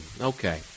Okay